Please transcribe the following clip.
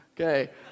Okay